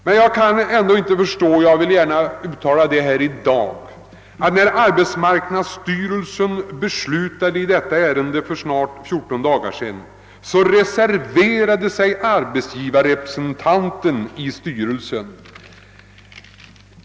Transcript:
Men jag kan inte förstå, och jag vill uttala detta i dag, att när arbetsmarknadsstyrelsen beslutade i detta ärende för snart fjorton dagar sedan reserverade sig arbetsgivarrepresentanten i styrelsen.